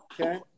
Okay